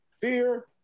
fear